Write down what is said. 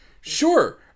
Sure